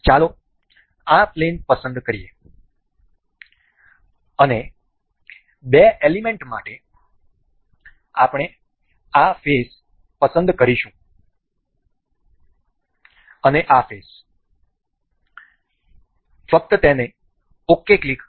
ચાલો આ પ્લેન પસંદ કરીએ અને બે તત્વો માટે આપણે આ ફેસ પસંદ કરીશું અને આ ફેસ ફક્ત તેને ok ક્લિક કરો